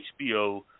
HBO